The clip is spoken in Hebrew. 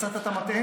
מצאת את המטען?